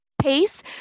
pace